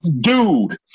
dude